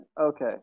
Okay